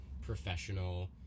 professional